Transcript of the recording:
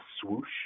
swoosh